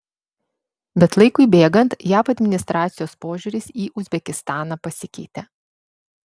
bet laikui bėgant jav administracijos požiūris į uzbekistaną pasikeitė